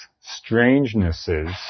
strangenesses